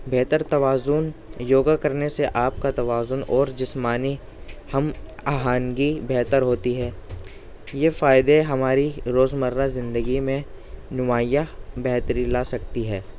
بہتر توازن یوگا کرنے سے آپ کا توازن اور جسمانی ہم آہنگی بہتر ہوتی ہے یہ فائدے ہماری روزمرہ زندگی میں نمایاں بہتری لا سکتی ہے